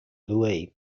louis